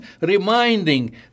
reminding